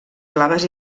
blaves